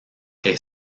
est